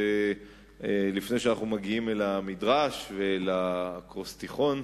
לפני שאנחנו מגיעים למדרש ולאקרוסטיכון,